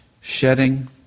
Shedding